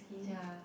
ya